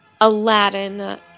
Aladdin